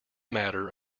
matter